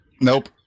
nope